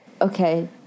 Okay